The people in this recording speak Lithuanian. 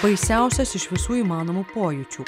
baisiausias iš visų įmanomų pojūčių